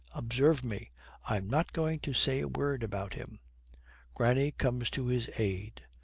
observe me i'm not going to say a word about him granny comes to his aid.